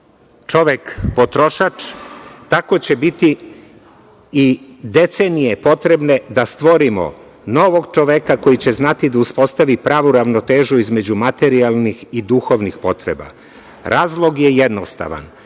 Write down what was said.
čovek potrošač, tako će biti i decenije potrebne da stvorimo novog čoveka koji će znati da uspostavi pravu ravnotežu između materijalnih i duhovnih potreba. Razlog je jednostavan.